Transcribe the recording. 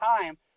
time